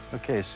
okay, so,